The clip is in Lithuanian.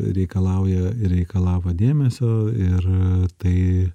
reikalauja ir reikalavo dėmesio ir e tai